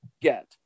get